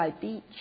Beach